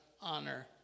honor